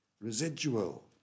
residual